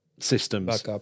systems